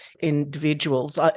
individuals